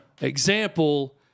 Example